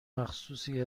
خصوصی